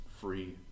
free